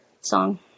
song